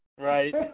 right